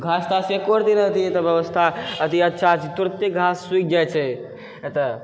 घास तास एको रति नहि व्यवस्था अथी अच्छा छै तुरते घास सुखि जाइ छइ एतऽ